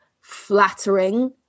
flattering